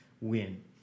win